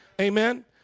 Amen